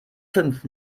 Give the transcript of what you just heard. fünf